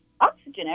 oxygen